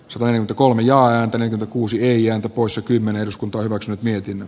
se vain kolme ja häntä nyt kuusi neljä poissa kymmenen osku torrokset mietin